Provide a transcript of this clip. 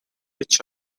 each